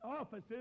offices